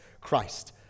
Christ